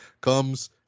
comes